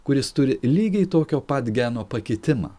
kuris turi lygiai tokio pat geno pakitimą